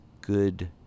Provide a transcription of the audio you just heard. good